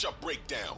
breakdown